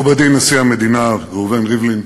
מכובדי נשיא המדינה ראובן ריבלין